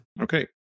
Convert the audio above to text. Okay